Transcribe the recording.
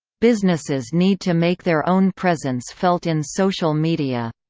businesses need to make their own presence felt in social media.